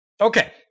Okay